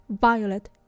Violet